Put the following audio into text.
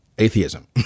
atheism